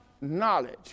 knowledge